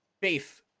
faith